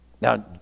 Now